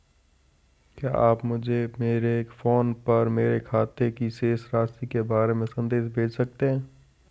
क्या आप मुझे मेरे फ़ोन पर मेरे खाते की शेष राशि के बारे में संदेश भेज सकते हैं?